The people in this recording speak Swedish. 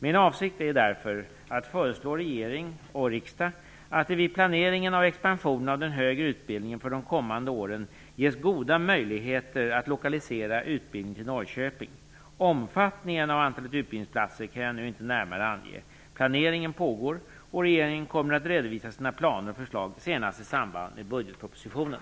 Min avsikt är därför att föreslå regeringen och riksdagen att det vid planeringen av expansionen av den högre utbildningen för de kommande åren ges goda möjligheter att lokalisera utbildning till Norrköping. Omfattningen av antalet utbildningsplatser kan jag nu inte närmare ange. Planeringen pågår och regeringen kommer att redovisa sina planer och förslag senast i samband med budgetpropositionen.